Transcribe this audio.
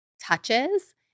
touches